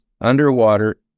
underwater